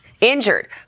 injured